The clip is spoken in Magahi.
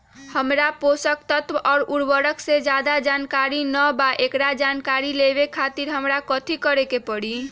हमरा पोषक तत्व और उर्वरक के ज्यादा जानकारी ना बा एकरा जानकारी लेवे के खातिर हमरा कथी करे के पड़ी?